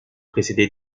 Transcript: précédé